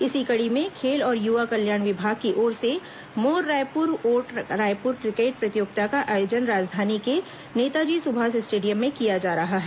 इसी कड़ी में खेल और युवा कल्याण विभाग की ओर से मोर रायपुर वोट रायपुर क्रिकेट प्रतियोगिता का आयोजन राजधानी के नेताजी सुभाष स्टेडियम में किया जा रहा है